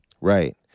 Right